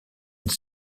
une